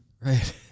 Right